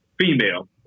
female